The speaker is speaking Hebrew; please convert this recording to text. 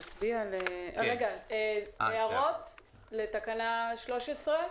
יש הערות לתקנה 13?